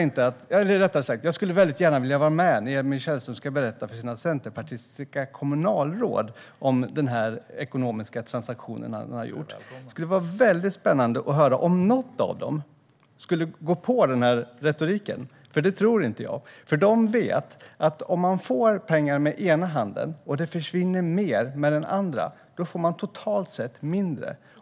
Jag skulle gärna vilja vara med när Emil Källström ska berätta för sina centerpartistiska kommunalråd om den ekonomiska transaktion som han har gjort. Det skulle vara spännande att höra om någon av dem skulle gå på den retoriken. Jag tror inte det. De vet nämligen att om de får pengar från ena handen och det försvinner mer ur den andra får de totalt sett mindre.